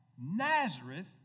Nazareth